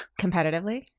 Competitively